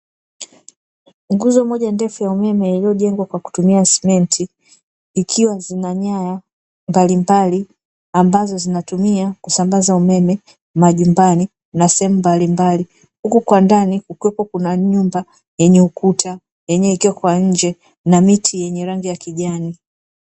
Nguzo ndefu iliyojengwa kwa kutumia simenti ikiwa zina nyanya mbalimbali ambazo zinazotumiwa kusambaza umeme majumbani na sehemu mbalimbali, huku kwa ndani kukiwepo kuna nyumba yenye ukuta yenyewe ikiwa kwa nje yenye miti yenye rangi ya kijani.